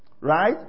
Right